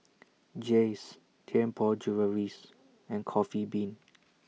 Jays Tianpo Jewelleries and Coffee Bean